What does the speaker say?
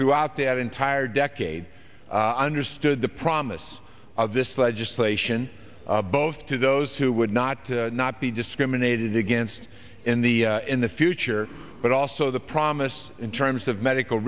throughout that entire decade understood the promise of this legislation both to those who would not not be discriminated against in the in the future but also the promise in terms of medical